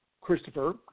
Christopher